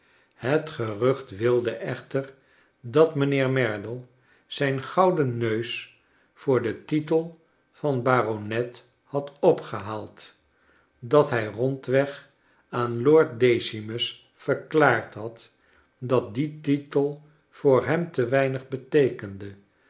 het gerucht wilde echter dat mijnheer merdle zijn gouden neus voor den titel van baronet had opgehaald dat hij rondweg aan lord decimus verklaard had dat die titel voor hem te weinig beteekende